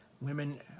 Women